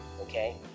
okay